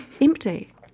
empty